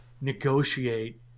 negotiate